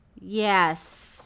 Yes